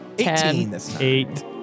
Eight